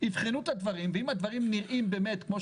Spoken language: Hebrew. יבחנו את הדברים ואם הדברים נראים באמת בלתי